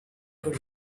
could